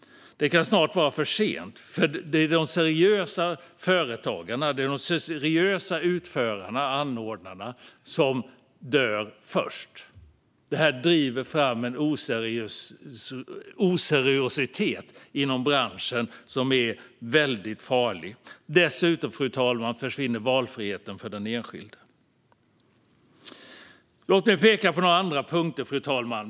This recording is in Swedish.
Det kan snart vara för sent, då det är de seriösa företagarna och de seriösa utförarna och anordnarna som dör först. Detta driver fram en oseriositet inom branschen som är väldigt farlig. Dessutom försvinner valfriheten för den enskilde. Fru talman! Låt mig peka på några andra punkter.